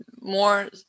more